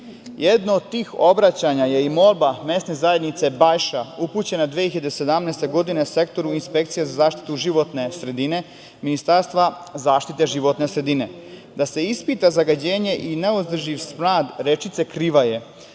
od tih obraćanja je i molba mesne zajednice Bajša, upućena 2017. godine sektoru inspekcije za zaštitu životne sredine, Ministarstva zaštite životne sredine, da se ispita zagađenja i neizdrživ smrad rečice Krivaje,